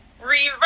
reverse